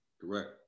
correct